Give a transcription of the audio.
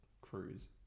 cruise